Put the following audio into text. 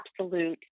absolute